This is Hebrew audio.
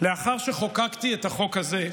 לאחר שחוקקתי את החוק הזה,